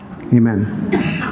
amen